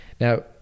Now